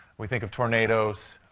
we think of tornadoes.